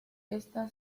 está